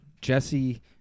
Jesse